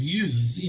users